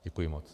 Děkuji moc.